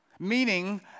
Meaning